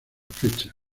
fecha